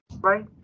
right